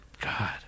God